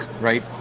right